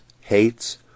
hates